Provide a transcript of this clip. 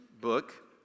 book